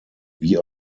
wie